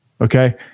okay